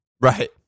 Right